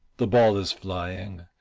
the ball is flying,